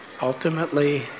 Ultimately